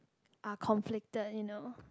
are conflicted you know